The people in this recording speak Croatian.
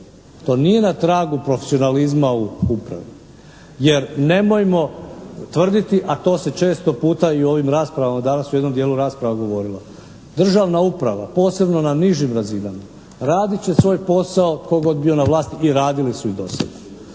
To nije na tragu profesionalizma u upravi. Jer nemojmo tvrditi, a to se često puta i u ovim raspravama, danas u jednom dijelu rasprava govorilo. Državna uprava posebno na nižim razinama radit će svoj posao tko god bio na vlasti, i radili su i do sada.